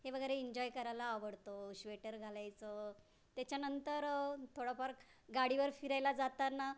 हे वगैरे इंजॉय करायला आवडतं श्वेटर घालायचं त्याच्यानंतर थोडंफार गाडीवर फिरायला जाताना